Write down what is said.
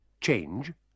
Change